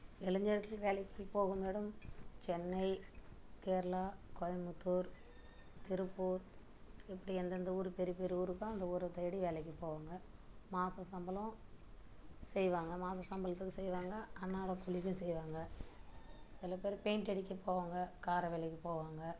இளைஞர்கள் வேலைக்கு போகும் இடம் சென்னை கேரளா கோயமுத்தூர் திருப்பூர் இப்படி எந்தந்த ஊர் பெரிய பெரிய ஊர் இருக்கோ அந்த ஊரைத் தேடி வேலைக்கு போவாங்கள் மாத சம்பளம் செய்வாங்கள் மாத சம்பளத்துக்கும் செய்வாங்கள் அன்றாடம் கூலிக்கும் செய்வாங்கள் சிலப் பேர் பெயிண்ட் அடிக்க போவாங்கள் கார வேலைக்கு போவாங்கள்